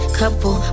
couple